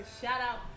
shout-out